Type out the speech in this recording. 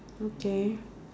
okay